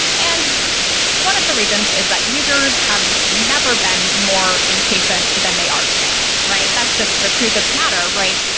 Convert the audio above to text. and one of the reasons is that users have never been more impatient than they are today, right? that's just the truth of the matter, right?